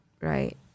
right